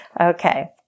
Okay